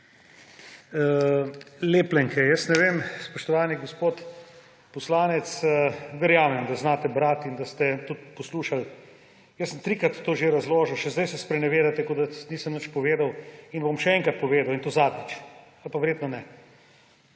lepljenke. Ne vem, spoštovani gospod poslanec, verjamem, da znate brati in da ste tudi poslušali, jaz sem že trikrat to razložil, še zdaj se sprenevedate, kot da nisem nič povedal, in bom še enkrat povedal. In to zadnjič. Ali pa verjetno ne.